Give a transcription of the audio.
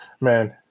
man